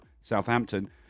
Southampton